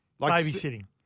babysitting